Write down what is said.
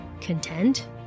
Content